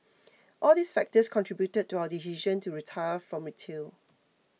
all these factors contributed to our decision to retire from retail